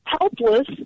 helpless